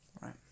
right